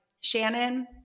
shannon